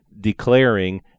declaring